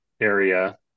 area